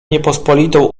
niepospolitą